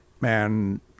man